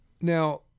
Now